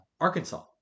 Arkansas